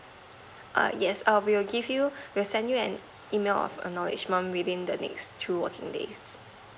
err yes err we will give you we'll send you an email of acknowledgement within the next two working days